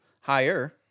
higher